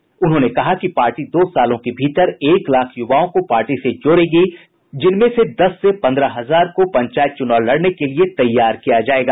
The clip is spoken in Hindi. श्री किशोर ने कहा कि पार्टी दो सालों के भीतर एक लाख युवाओं को पार्टी से जोड़ेगी जिनमें से दस से पन्द्रह हजार को पंचायत चुनाव लड़ने के लिए तैयार किया जायेगा